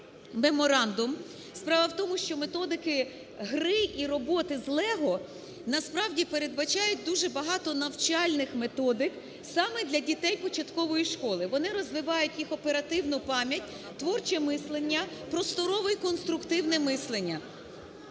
меморандум. Справа в тому, що методики гри і роботи з Lego насправді передбачають дуже багато навчальних методик саме для дітей початкової школи. Вони розвивають їх оперативну пам'ять, творче мислення, просторове і конструктивне мислення.